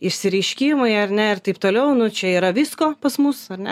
išsireiškimai ar ne ir taip toliau nu čia yra visko pas mus ar ne